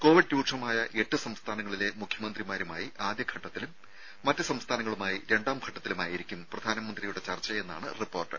Covid രൂക്ഷമായ എട്ട് സംസ്ഥാനങ്ങളിലെ മുഖ്യമന്ത്രിമാരുമായി ആദ്യഘട്ടത്തിലും മറ്റ് സംസ്ഥാനങ്ങളുമായി രണ്ടാം ഘട്ടത്തിലുമായിരിക്കും പ്രധാനമന്ത്രിയുടെ ചർച്ചയെന്നാണ് റിപ്പോർട്ട്